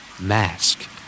Mask